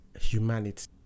humanity